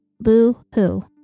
boo-hoo